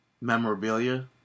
memorabilia